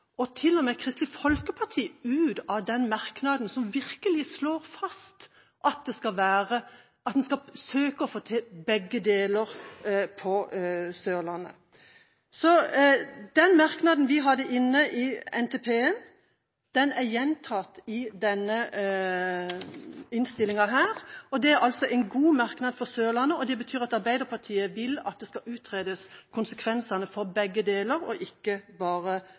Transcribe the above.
og med Kristelig Folkeparti, ut av den merknaden som virkelig slår fast at en skal søke å få til begge deler på Sørlandet. Den merknaden vi hadde i innstillingen til NTP-en, er gjentatt i denne innstillingen. Det er en god merknad for Sørlandet, og den betyr at Arbeiderpartiet vil at konsekvensene for begge deler skal utredes, og at man ikke bare